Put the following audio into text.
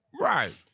Right